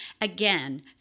Again